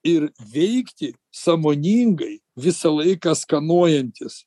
ir veikti sąmoningai visą laiką skanuojantis